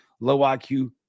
low-IQ